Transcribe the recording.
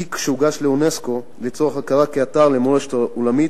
התיק שהוגש לאונסק"ו לצורך הכרה כאתר מורשת עולמית